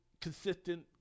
consistent